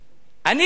אני אולמרט,